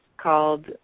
called